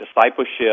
discipleship